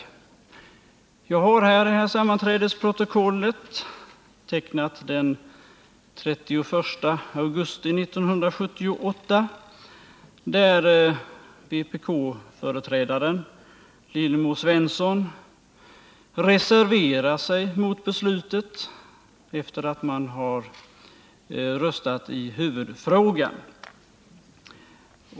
Jag har här sammanträdesprotokollet, dagtecknat den 31 augusti 1978, där vpk-företrädaren Lillemor Svensson reserverade sig mot beslutet, efter det att man röstat i huvudfrågan.